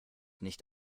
nicht